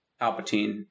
Palpatine